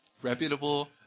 reputable